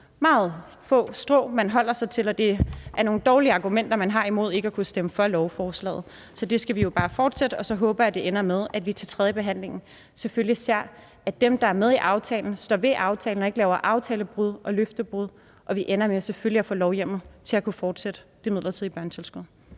meget få strå, man holder sig til, og det er nogle dårlige argumenter, man har, for ikke at kunne stemme for lovforslaget. Så det skal vi jo bare fortsætte, og så håber jeg, det ender med, at vi til tredjebehandlingen selvfølgelig ser, at dem, der er med i aftalen, står ved aftalen og ikke laver aftalebrud og løftebrud, og at vi selvfølgelig ender med at få lovhjemmel til at kunne fortsætte det midlertidige børnetilskud.